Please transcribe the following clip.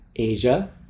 Asia